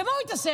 במה הוא התעסק?